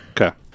Okay